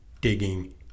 digging